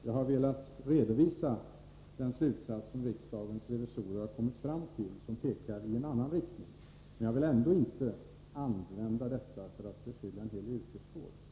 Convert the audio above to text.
Jag har bara velat redovisa den slutsats som riksdagens revisorer har kommit fram till och som går i en annan riktning. Jag vill inte använda deras slutsats för att beskylla en hel yrkeskår.